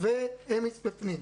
ואמיס בפנים?